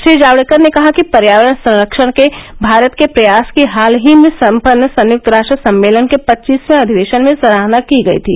श्री जावड़ेकर ने कहा कि पर्यावरण संरक्षण के भारत के प्रयास की हाल ही में सम्पन्न संयुक्त राष्ट्र सम्मेलन के पच्चीसवें अधिवेशन में सराहना की गई थी